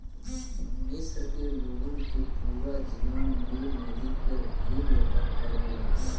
मिस्र के लोगन के पूरा जीवन नील नदी पे ही निर्भर करेला